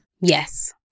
Yes